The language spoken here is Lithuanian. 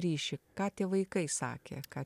ryšį ką tie vaikai sakė ką